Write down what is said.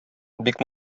бик